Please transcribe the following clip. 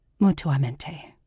mutuamente